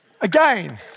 Again